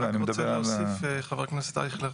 אני רק רוצה להוסיף, חבר הכנסת אייכלר.